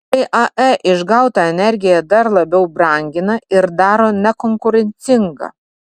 tai ae išgautą energiją dar labiau brangina ir daro nekonkurencingą